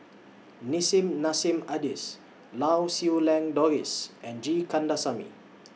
Nissim Nassim Adis Lau Siew Lang Doris and G Kandasamy